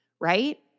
right